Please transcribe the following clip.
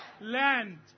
land